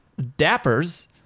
Dappers